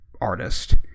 artist